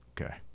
okay